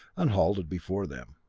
and halted before them.